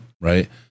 right